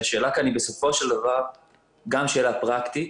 שהשאלה כאן היא בסופו של דבר גם שאלה פרקטית,